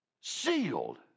Sealed